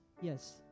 Yes